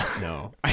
no